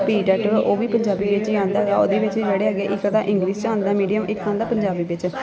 PTET ਉਹ ਵੀ ਪੰਜਾਬੀ ਵਿੱਚ ਹੀ ਆਉਂਦਾ ਹੈਗਾ ਉਹਦੇ ਵਿੱਚ ਜਿਹੜੇ ਹੈਗੇ ਇੱਕ ਤਾਂ ਇੰਗਲਿਸ਼ 'ਚ ਆਉਂਦਾ ਮੀਡੀਅਮ ਇੱਕ ਆਉਂਦਾ ਪੰਜਾਬੀ ਵਿੱਚ